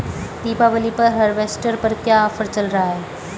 दीपावली पर हार्वेस्टर पर क्या ऑफर चल रहा है?